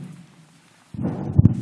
תודה רבה,